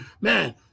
man